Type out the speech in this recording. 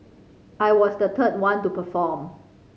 I was the third one to perform